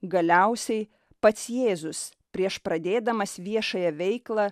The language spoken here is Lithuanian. galiausiai pats jėzus prieš pradėdamas viešąją veiklą